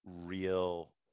real